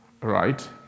right